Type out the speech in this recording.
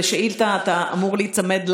בשאילתה אתה אמור להיצמד לטקסט.